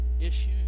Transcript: issue